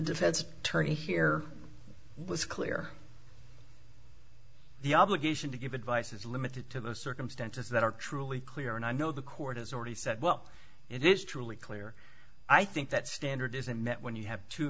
defense attorney here was clear the obligation to give advice is limited to those circumstances that are truly clear and i know the court has already said well it is truly clear i think that standard is unmet when you have t